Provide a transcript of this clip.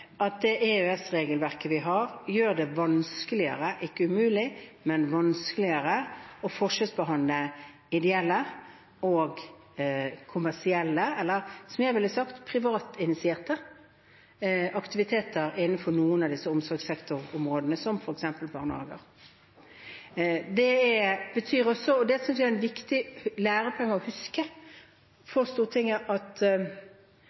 vi har, gjør det vanskeligere – ikke umulig, men vanskeligere – å forskjellsbehandle ideelle og kommersielle, eller, som jeg ville sagt, privatinitierte aktiviteter innenfor noen av disse omsorgssektorområdene, som f.eks. barnehager. Det betyr også, og det synes jeg er en viktig lærepenge å huske for Stortinget, at